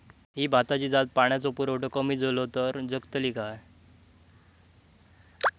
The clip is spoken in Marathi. ही भाताची जात पाण्याचो पुरवठो कमी जलो तर जगतली काय?